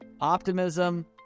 optimism